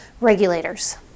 regulators